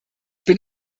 bin